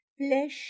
flesh